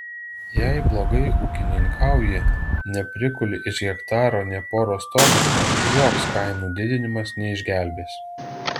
jei blogai ūkininkauji neprikuli iš hektaro nė poros tonų joks kainų didinimas neišgelbės